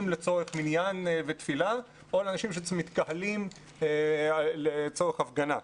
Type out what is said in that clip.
לצורך מניין ותפילה או אנשים שמתקהלים לצורך הפגנה.